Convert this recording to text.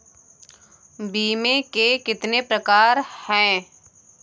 बीमे के कितने प्रकार हैं?